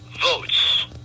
votes